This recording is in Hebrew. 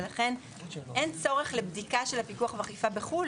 ולכן אין צורך בבדיקה של הפיקוח והאכיפה בחו"ל,